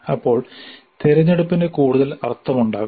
അപ്പോൾ തിരഞ്ഞെടുപ്പിന് കൂടുതൽ അർത്ഥമുണ്ടാകും